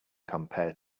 compare